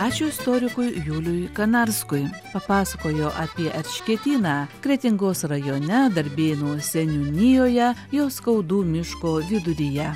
ačiū istorikui juliui kanarskui papasakojo apie erškėtyną kretingos rajone darbėnų seniūnijoje joskaudų miško viduryje